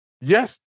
yes